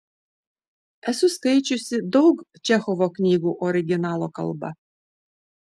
esu skaičiusi daug čechovo knygų originalo kalba